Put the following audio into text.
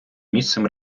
місцем